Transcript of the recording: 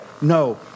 No